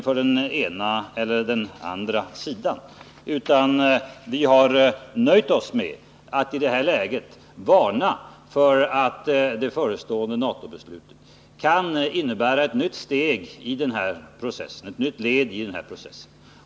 Vi har nu nöjt oss med att varna för att det förestående NATO-beslutet kan innebära ett nytt led i denna process.